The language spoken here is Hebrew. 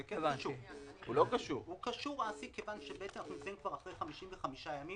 זה כן קשור כיוון שאנחנו נמצאים אחרי 55 ימים